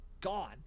Gone